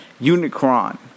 Unicron